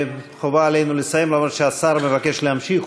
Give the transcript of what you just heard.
חובה עלינו לסיים, אף שהשר מבקש להמשיך.